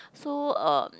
so uh